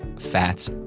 fats,